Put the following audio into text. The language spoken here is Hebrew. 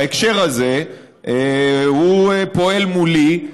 בהקשר הזה הוא פועל מולי,